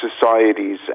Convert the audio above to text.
societies